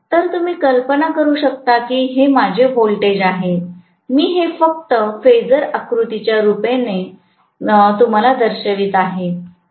तर तुम्ही कल्पना करू शकता की हे माझे व्होल्टेज आहे मी हे फक्त फेजर आकृत्याचे रूप म्हणून दर्शवित आहे